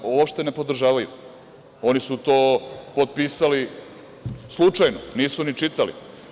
Oni ovo uopšte ne podržavaju, oni su to potpisali slučajno, nisu ni čitali.